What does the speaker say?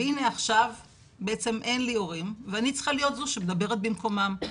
והנה עכשיו אין לי הורים ואני צריכה להיות זו שמדברת במקומם.